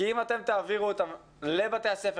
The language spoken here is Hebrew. כי אתם תעבירו אותם לבתי הספר,